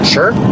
Sure